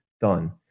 done